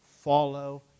Follow